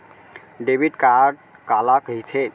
Debit card काला कहिथे?